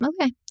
Okay